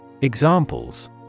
Examples